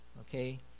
okay